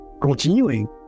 continuing